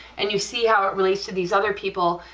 and you see how it relates to these other people,